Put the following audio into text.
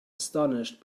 astonished